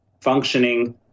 functioning